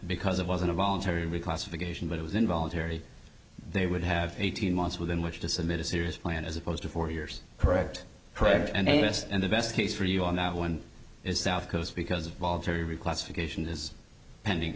because it wasn't a voluntary reclassification but it was involuntary they would have eighteen months within which to submit a serious plan as opposed to four years correct correct and they missed and the best case for you on that one is southcoast because a voluntary reclassification is pending